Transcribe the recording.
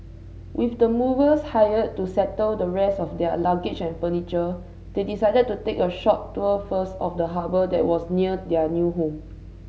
with the movers hired to settle the rest of their luggage and furniture they decided to take a short tour first of the harbour that was near their new home